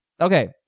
Okay